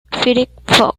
firefox